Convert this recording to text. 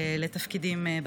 לתפקידים בצבא.